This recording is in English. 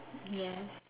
yes